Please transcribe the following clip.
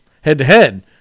head-to-head